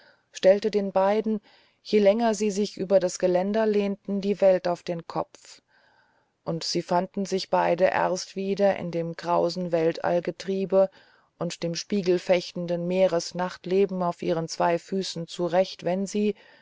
stellte den beiden je länger sie sich über das geländer lehnten die welt auf den kopf und sie fanden sich beide erst wieder in dem krausen weltallgetriebe und in dem spiegelfechtenden meeresnachtleben auf ihren zwei füßen zurecht wenn sie